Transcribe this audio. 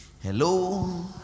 Hello